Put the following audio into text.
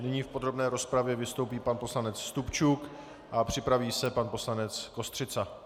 Nyní v podrobné rozpravě vystoupí pan poslanec Stupčuk a připraví se pan poslanec Kostřica.